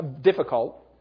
difficult